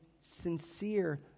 sincere